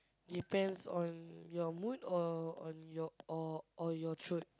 depends on your mood or on your or or your